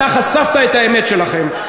אתה חשפת את האמת שלכם,